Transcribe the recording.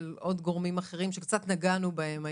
של עוד גורמים אחרים שקצת נגענו בהם היום.